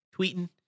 tweeting